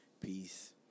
peace